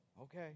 okay